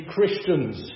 Christians